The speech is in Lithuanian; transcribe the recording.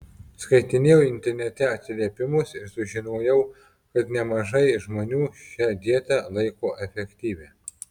skaitinėjau internete atsiliepimus ir sužinojau kad nemažai žmonių šią dietą laiko efektyvia